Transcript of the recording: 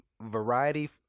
variety